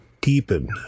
deepen